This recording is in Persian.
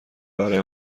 برای